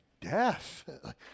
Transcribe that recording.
death